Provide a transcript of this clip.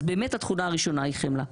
אז באמת התכונה הראשונה היא חמלה.